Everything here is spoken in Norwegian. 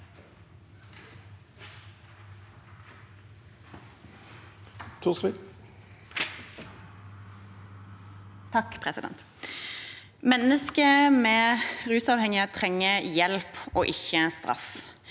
Mennes- ker med rusavhengighet trenger hjelp og ikke straff.